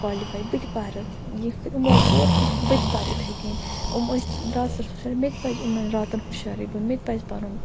کالِفے بہٕ تہِ پرٕ یُتھ یِمو پوٚر بہٕ تہِ پرٕ یتھٕے کٔنۍ یِم ٲسۍ راتس آسان ہُشار مےٚ تہِ پَزِ یِمنے راتن ہُشارے بِہُن مےٚ تہِ پَزِ پرُن